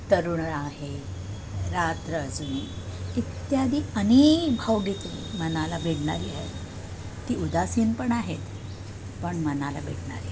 तरुण आहे रात्र अजूनी इत्यादी अनेक भावगीते मनाला भिडणारी आहे ती उदासीन पण आहेत पण मनाला भिडणारी आहे